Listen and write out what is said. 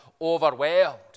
overwhelmed